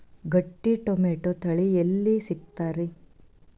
ಗಟ್ಟಿ ಟೊಮೇಟೊ ತಳಿ ಎಲ್ಲಿ ಸಿಗ್ತರಿ?